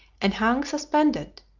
and hung suspended,